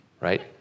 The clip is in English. right